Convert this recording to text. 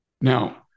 Now